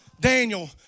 Daniel